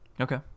okay